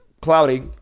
cloudy